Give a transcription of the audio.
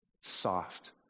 soft